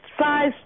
size